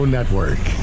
Network